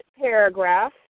paragraph